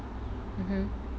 mm mm